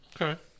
okay